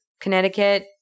Connecticut